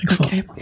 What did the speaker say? okay